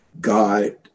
God